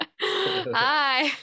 Hi